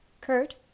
Kurt